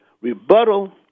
rebuttal